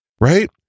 Right